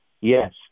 Yes